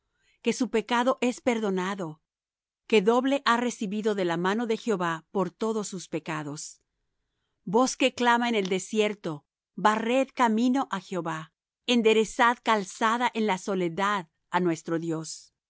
que su pecado es perdonado que doble ha recibido de la mano de jehová por todos sus pecados voz que clama en el desierto barred camino á jehová enderezad calzada en la soledad á nuestro dios